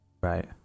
Right